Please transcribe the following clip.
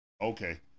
Okay